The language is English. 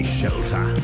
shelter